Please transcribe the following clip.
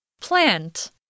Plant